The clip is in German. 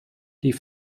die